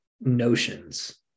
notions